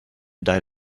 died